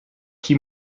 chi